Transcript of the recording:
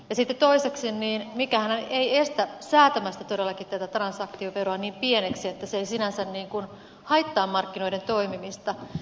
sitten toiseksi mikään ei estä säätämästä todellakin tätä transaktioveroa niin pieneksi että se ei sinänsä haittaa markkinoiden toimimista